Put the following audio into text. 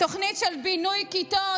תוכנית של בינוי כיתות,